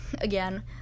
again